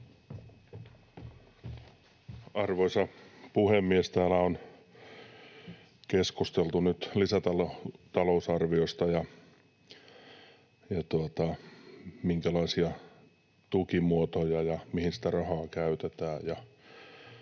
Arvoisa puhemies! Täällä on nyt keskusteltu lisätalousarviosta ja siitä, minkälaisia tukimuotoja ja mihin sitä rahaa käytetään.